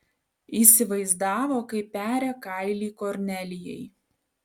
įsivaizdavo kaip peria kailį kornelijai